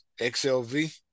XLV